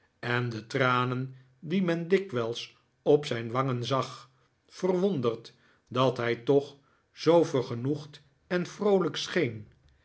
en de tranen die men dikwijls op zijn wangen zag verwonderd dat hij toch zoo vergenoegd en vroolijk scheen